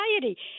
society